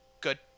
good